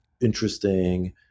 interesting